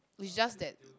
it's just that